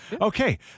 Okay